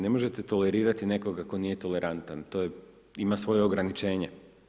Ne možete tolerirati nekoga tko nije tolerantan, to ima svoje ograničenje.